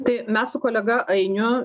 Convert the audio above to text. tai mes su kolega ainiu